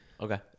Okay